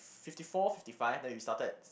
fifty four fifty five then we started at